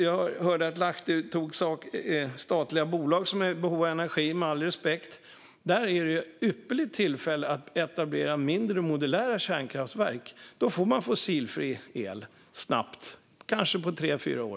Lahti pratade om statliga bolag som är i behov av energi. Med all respekt: Det är ett ypperligt tillfälle att etablera mindre, modulära kärnkraftverk. Då får man fossilfri el snabbt, kanske på tre fyra år.